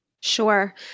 Sure